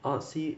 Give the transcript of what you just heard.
orh 西